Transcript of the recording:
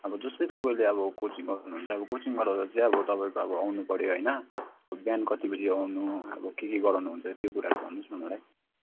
अब जस्तै तपाईँले अब कोचिङ गराउनुहुन्छ अब कोचिङ गराउँदा चाहिँ अब तपाईँको अब आउनुपऱ्यो होइन अब बिहान कति बजी आउनु अब के के गराउनुहुन्छ त्यो कुराहरू भन्नुहोस् न मलाई